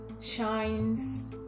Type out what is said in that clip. shines